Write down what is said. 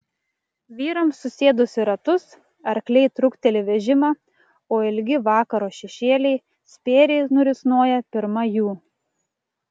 vyrams susėdus į ratus arkliai trukteli vežimą o ilgi vakaro šešėliai spėriai nurisnoja pirma jų